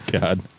God